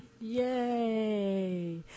yay